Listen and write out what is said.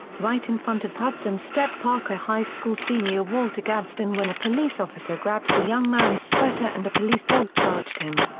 right in front of hudson stepped parker high school senior walter gadsden when a police officer grabbed the young man's sweater and a police dog charged him.